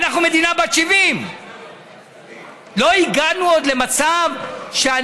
אנחנו מדינה בת 70. עוד לא הגענו למצב שאנחנו